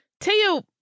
Teo